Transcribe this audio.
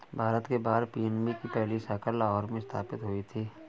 भारत के बाहर पी.एन.बी की पहली शाखा लाहौर में स्थापित हुई थी